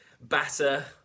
batter